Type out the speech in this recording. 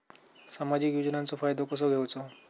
सामाजिक योजनांचो फायदो कसो घेवचो?